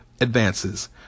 advances